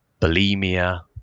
bulimia